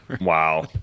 Wow